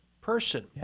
person